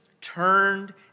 turned